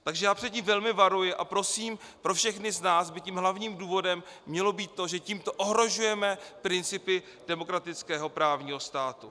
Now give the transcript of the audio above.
Takže já před tím velmi varuji a prosím, pro všechny z nás by tím hlavním důvodem mělo být to, že tímto ohrožujeme principy demokratického právního státu.